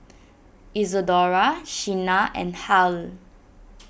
Isadora Shenna and Hal